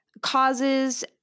causes